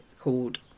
called